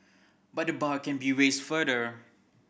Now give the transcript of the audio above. but the bar can be raised further